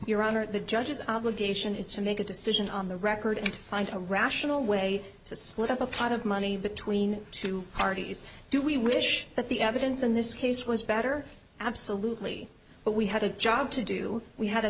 your honor the judges obligation is to make a decision on the record and find a rational way to look at the pot of money between two parties do we wish that the evidence in this case was better absolutely but we had a job to do we had a